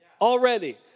already